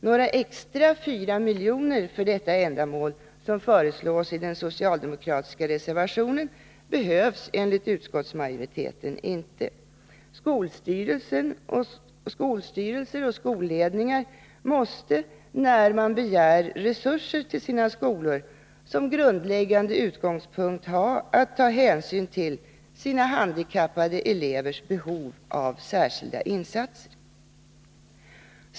Några extra 4 miljoner för detta ändamål, som föreslås i den socialdemokratiska reservationen, behövs enligt utskottsmajoriteten inte. Skolstyrelser och skolledningar måste, när man begär resurser till sina skolor, som grundläggande utgångspunkt ha att ta hänsyn till de handikappade elevernas behov av särskilda insatser.